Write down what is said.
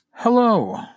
Hello